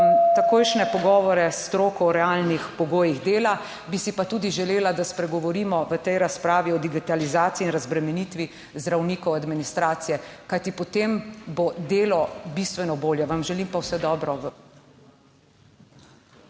takojšnje pogovore s stroko o realnih pogojih dela, bi si pa tudi želela, da spregovorimo v tej razpravi o digitalizaciji in razbremenitvi zdravnikov, administracije, kajti potem bo delo bistveno bolje, vam želim pa vse dobro…